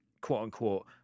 quote-unquote